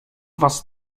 was